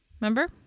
Remember